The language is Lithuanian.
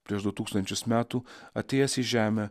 prieš du tūkstančius metų atėjęs į žemę